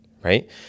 right